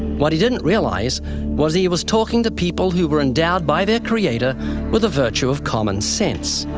what he didn't realize was he was talking to people who were endowed by their creator with a virtue of common sense.